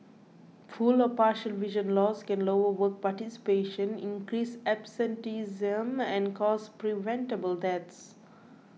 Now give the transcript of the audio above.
full or partial vision loss can lower work participation increase absenteeism and cause preventable deaths